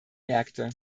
märkte